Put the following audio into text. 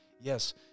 yes